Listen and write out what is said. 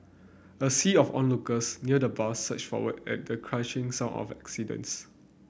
a sea of onlookers near the bus surged forward at the crushing sound of accidents